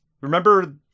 remember